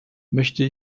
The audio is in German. möchte